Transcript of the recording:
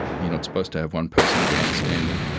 you're not supposed to have one person grandstanding,